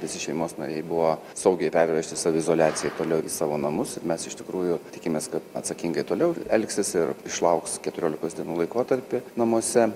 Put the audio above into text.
visi šeimos nariai buvo saugiai pervežti saviizoliacijai toliau į savo namus mes iš tikrųjų tikimės kad atsakingai toliau ir elgsis ir išlauks keturiolikos dienų laikotarpį namuose